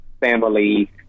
family